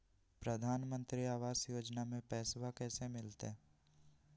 प्रधानमंत्री आवास योजना में पैसबा कैसे मिलते?